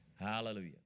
Hallelujah